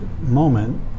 moment